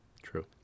true